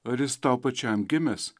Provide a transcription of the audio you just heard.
ar jis tau pačiam gimęs